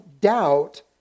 doubt